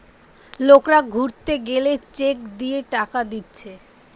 লোকরা ঘুরতে গেলে চেক দিয়ে টাকা দিচ্ছে